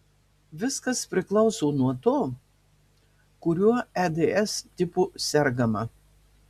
viskas priklauso nuo to kuriuo eds tipu sergama